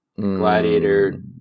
gladiator